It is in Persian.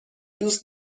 دوست